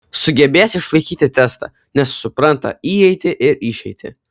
sugebės išlaikyti testą nes supranta įeitį ir išeitį